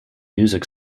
music